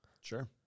Sure